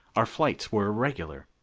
our flights were irregular.